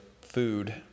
food